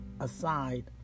aside